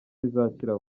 bazakira